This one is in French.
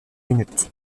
minutes